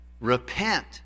Repent